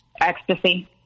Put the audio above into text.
ecstasy